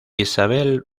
isabelle